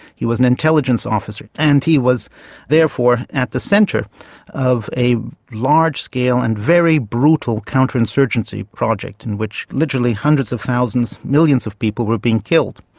he was an intelligence officer, and he was therefore at the centre of a large scale and very brutal counterinsurgency project in which literally hundreds of thousands, millions of people were being killed.